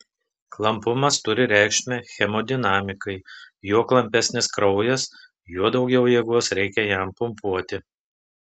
klampumas turi reikšmę hemodinamikai juo klampesnis kraujas juo daugiau jėgos reikia jam pumpuoti